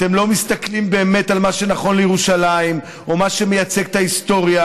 אתם לא מסתכלים באמת על מה שנכון לירושלים או מה שמייצג את ההיסטוריה,